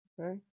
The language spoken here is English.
Okay